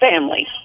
family